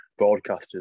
broadcasters